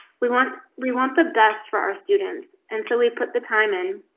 we want we want the best for our students and so we put the time in.